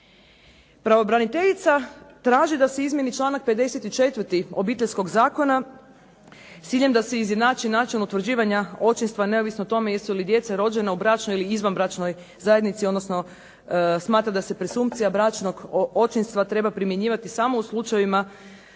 Pravobraniteljica traži da se izmijeni članak 54. Obiteljskog zakona s ciljem da se izjednači način utvrđivanja očinstva neovisno o tome jesu li djeca rođena u bračnoj ili izvanbračnoj zajednici, odnosno smatra da se presumpcija bračnog očinstva treba primjenjivati samo u slučajevima